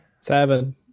Seven